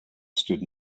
stood